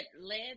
led